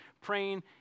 praying